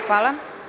Hvala.